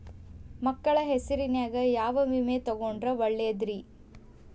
ಮಕ್ಕಳ ಹೆಸರಿನ್ಯಾಗ ಯಾವ ವಿಮೆ ತೊಗೊಂಡ್ರ ಒಳ್ಳೆದ್ರಿ?